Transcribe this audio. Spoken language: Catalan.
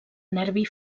nervi